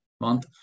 month